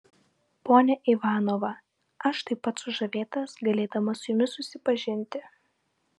ponia ivanova aš taip pat sužavėtas galėdamas su jumis susipažinti